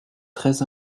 très